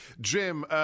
Jim